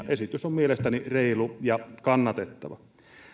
esitys on mielestäni reilu ja kannatettava